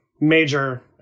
major